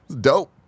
dope